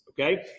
Okay